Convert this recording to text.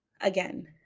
again